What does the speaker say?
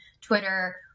Twitter